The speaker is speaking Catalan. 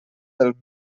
del